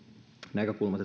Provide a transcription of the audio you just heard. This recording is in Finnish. näkökulma